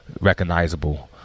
recognizable